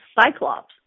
cyclops